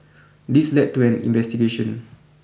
this led to an investigation